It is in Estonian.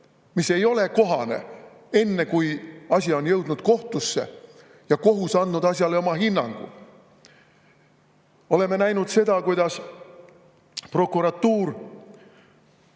See ei ole kohane enne, kui asi on jõudnud kohtusse ja kohus on andnud asjale oma hinnangu. Oleme näinud seda, kuidas prokuratuur